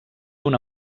una